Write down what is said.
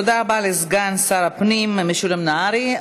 תודה רבה לסגן שר הפנים משולם נהרי.